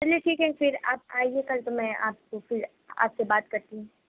چلئے ٹھیک ہے پھر آپ آئیے کل تو میں آپ کو پھر آپ سے بات کرتی ہوں